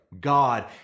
God